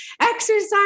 exercise